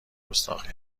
گستاخی